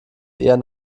eher